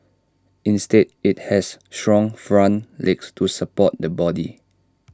instead IT has strong front legs to support the body